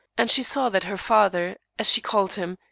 and she saw that her father, as she called him,